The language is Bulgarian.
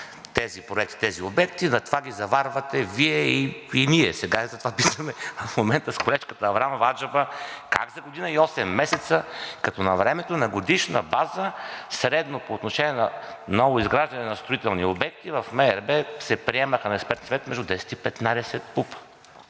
тези проекти, тези обекти, на това ги заварвате Вие и ние сега. И затова питаме в момента с колежката Аврамова: аджеба, как за година и осем месеца, като навремето на годишна база средно по отношение на ново изграждане на строителни обекти в МРРБ на Експертен съвет се приемаха между 10 и 15 ПУП-а